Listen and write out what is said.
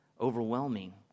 overwhelming